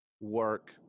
work